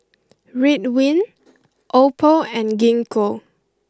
Ridwind Oppo and Gingko